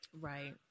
Right